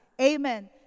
Amen